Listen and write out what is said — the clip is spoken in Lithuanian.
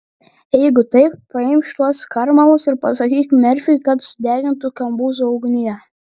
jeigu taip paimk šituos skarmalus ir pasakyk merfiui kad sudegintų kambuzo ugnyje